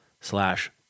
slash